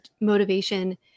motivation